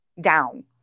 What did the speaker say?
down